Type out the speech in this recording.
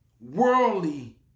worldly